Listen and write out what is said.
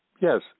Yes